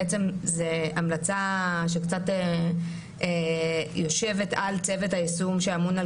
זו בעצם המלצה שקצת יושבת על צוות היישום שאמון על